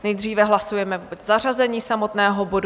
Nejdříve hlasujeme o zařazení samotného bodu.